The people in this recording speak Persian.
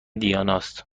دیاناست